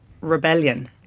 rebellion